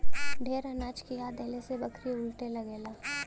ढेर अनाज खिया देहले से बकरी उलटे लगेला